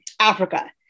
Africa